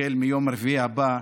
החל מיום רביעי הבא.